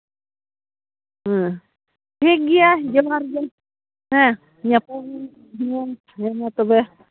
ᱦᱩᱸ ᱴᱷᱤᱠᱜᱮᱭᱟ ᱡᱚᱦᱟᱨ ᱜᱮ ᱦᱮᱸ ᱧᱟᱯᱟᱢᱟᱵᱚᱱ ᱫᱷᱤᱱᱟᱹᱱ ᱦᱮᱸᱢᱟ ᱛᱚᱵᱮ